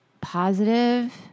positive